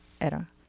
era